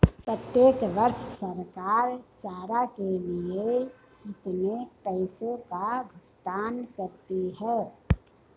प्रत्येक वर्ष सरकार चारा के लिए कितने पैसों का भुगतान करती है?